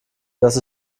dass